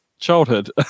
Childhood